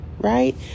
right